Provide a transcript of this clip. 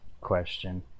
question